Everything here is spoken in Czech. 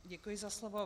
Děkuji za slovo.